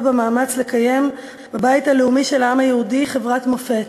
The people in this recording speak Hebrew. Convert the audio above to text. במאמץ לקיים בבית הלאומי של העם היהודי חברת מופת,